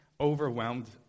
overwhelmed